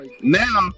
now